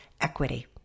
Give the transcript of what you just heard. equity